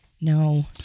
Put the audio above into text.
no